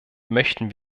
möchten